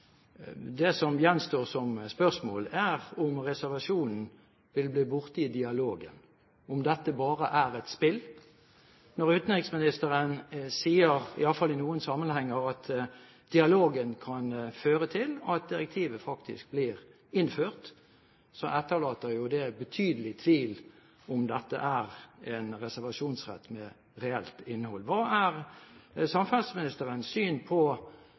Det som gjenstår som spørsmål, er om reservasjonen vil bli borte i dialogen, om dette bare er et spill. Når utenriksministeren sier, i alle fall i noen sammenhenger, at dialogen kan føre til at direktivet faktisk blir innført, så etterlater det betydelig tvil om dette er en reservasjonsrett med reelt innhold. Hva er samferdselsministerens syn på